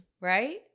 right